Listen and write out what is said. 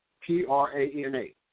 P-R-A-N-A